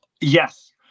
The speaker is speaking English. Yes